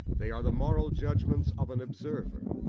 they are the moral judgments of an observer,